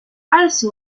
also